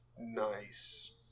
Nice